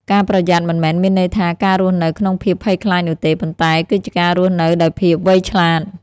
ការប្រយ័ត្នមិនមែនមានន័យថាការរស់នៅក្នុងភាពភ័យខ្លាចនោះទេ ប៉ុន្តែគឺជាការរស់នៅដោយភាពវៃឆ្លាត។